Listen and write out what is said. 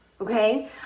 okay